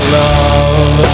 love